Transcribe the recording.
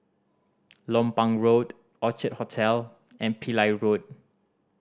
Lompang Road Orchard Hotel and Pillai Road